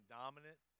dominant